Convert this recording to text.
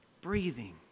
breathing